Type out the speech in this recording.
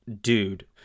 dude